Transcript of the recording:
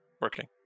working